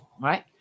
Right